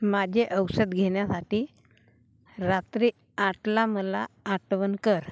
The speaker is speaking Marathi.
माझे औषध घेण्यासाठी रात्री आठला मला आठवण कर